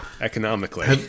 economically